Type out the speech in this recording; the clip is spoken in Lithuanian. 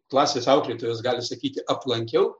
klasės auklėtojas gali sakyti aplankiau